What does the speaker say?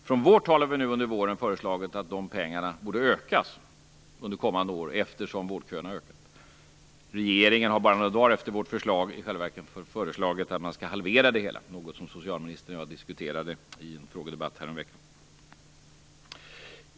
Från vårt håll har vi nu under våren föreslagit att de pengarna borde ökas under kommande år, eftersom vårdköerna ökat. Regeringen har bara några dagar efter vårt förslag i själva verket föreslagit att man skall halvera det hela, något som socialministern och jag diskuterade i en frågedebatt häromveckan.